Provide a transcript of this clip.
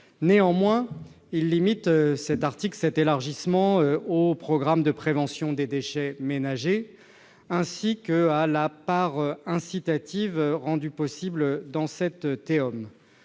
Néanmoins, il limite cet élargissement au programme de prévention des déchets ménagers ainsi qu'à la part incitative. Cet amendement vise